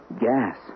gas